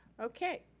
okay,